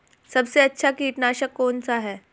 सबसे अच्छा कीटनाशक कौन सा है?